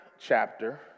chapter